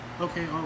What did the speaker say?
Okay